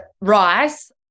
rice